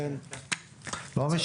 לא נורא.